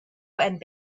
and